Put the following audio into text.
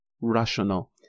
rational